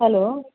hello